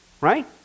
right